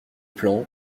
plan